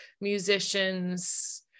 musicians